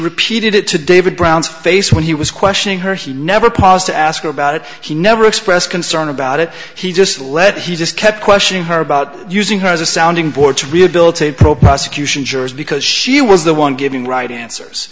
repeated it to david brown's face when he was questioning her he never pos to ask about it he never expressed concern about it he just let he just kept questioning her about using her as a sounding board to rehabilitate pro prosecution jurors because she was the one giving right answers